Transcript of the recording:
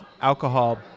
alcohol